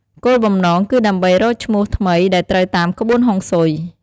គោលបំណងគឺដើម្បីរកឈ្មោះថ្មីដែលត្រូវតាមក្បួនហុងស៊ុយ។